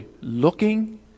looking